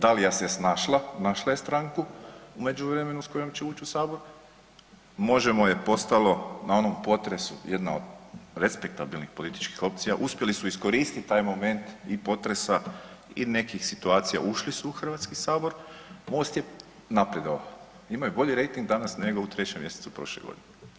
Dalija se snašla, našla je stranku u međuvremenu s kojom će ući u sabor, Možemo je postalo na onom potresu jedna od respektabilnih političkih opcija uspjeli su iskoristiti taj moment i potresa i nekih situacija ušli su u Hrvatski sabor, MOST je napredovao, imaju bolji rejting danas nego u 3. mjesecu prošle godine.